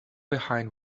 behind